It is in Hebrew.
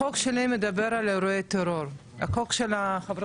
החוק שלי מדבר על אירועי טרור; החוק של חברי